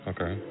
Okay